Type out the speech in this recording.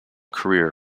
career